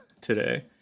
today